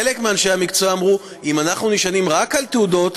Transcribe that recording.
חלק מאנשי המקצוע אמרו: אם אנחנו נשענים רק על תעודות,